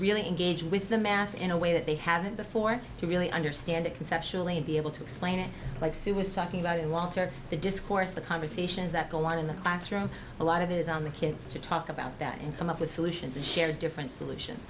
really engage with the math in a way that they haven't before to really understand it conceptually and be able to explain it like sue was sucking about in walter the discourse the conversations that go on in the classroom a lot of it is on the kids to talk about that and come up with solutions and share different solution